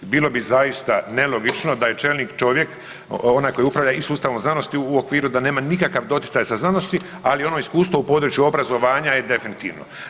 Bilo bi zaista nelogično da je čelnik čovjek onaj koji upravlja i sustavom znanosti u okviru da nema nikakav doticaj sa znanosti, ali ono iskustvo u području obrazovanja je definitivno.